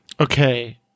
Okay